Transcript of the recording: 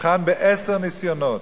נבחן בעשרה ניסיונות,